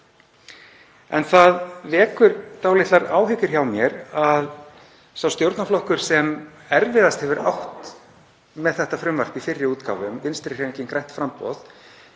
Það vekur dálitlar áhyggjur hjá mér að sá stjórnarflokkur sem erfiðast hefur átt með þetta frumvarp í fyrri útgáfum, Vinstrihreyfingin – grænt framboð,